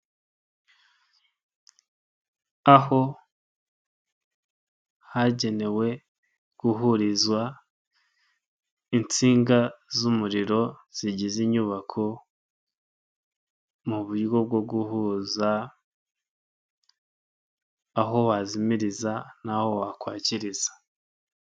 Aho hagenewe guhurizwa insinga z'umuriro zigize inyubako mu buryo bwo guhuza, aho wa zimiriza n'aho wa kwakiriza.